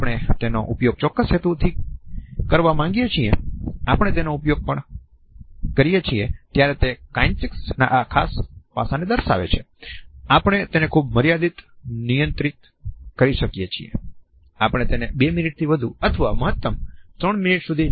આપણે તેને ખૂબ મર્યાદિતપણે નિયંત્રિત કરી શકીએ છીએ આપણે તેને 2 મિનિટથી વધુ અથવા મહત્તમ 3 મિનિટ સુધી નિયંત્રિત કરી શકીએપણ હકીકત એ છે કે કોઈ પણ રૂબરૂ વાતચીત માં શબ્દો નું ઓછુ મહત્વ હોય છે